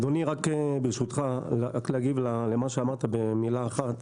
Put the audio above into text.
אדוני, רק ברשותך להגיב למה שאמרת במילה אחת.